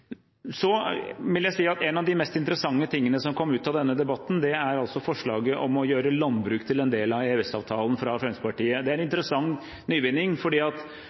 En av de mest interessante tingene som kom ut av denne debatten, er forslaget fra Fremskrittspartiet om å gjøre landbruk til en del av EØS-avtalen. Det er en interessant nyvinning. Jeg stemte altså for – i likhet med enkelte andre i salen. En av grunnene til at